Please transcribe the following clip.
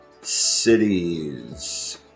cities